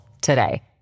today